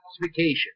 Classification